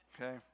Okay